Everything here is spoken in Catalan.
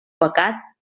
pecat